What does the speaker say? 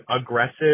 aggressive